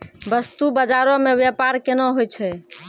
बस्तु बजारो मे व्यपार केना होय छै?